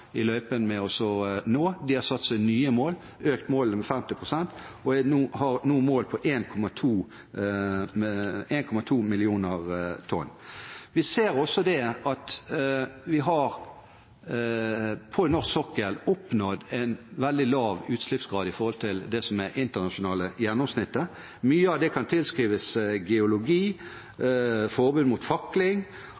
har økt målene med 50 pst., og har nå mål om 1,2 millioner tonn. Vi ser også at vi på norsk sokkel har oppnådd en veldig lav utslippsgrad i forhold til det som er det internasjonale gjennomsnittet. Mye av det kan tilskrives geologi,